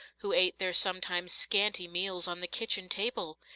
who ate their sometimes scanty meals on the kitchen table!